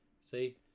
see